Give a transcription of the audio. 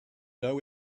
know